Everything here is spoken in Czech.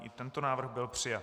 I tento návrh byl přijat.